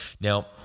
Now